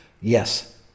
Yes